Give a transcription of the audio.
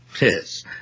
Yes